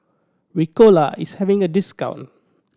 Ricola is having a discount